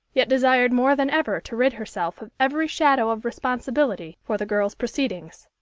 yet desired more than ever to rid herself of every shadow of responsibility for the girl's proceedings.